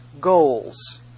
goals